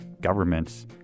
governments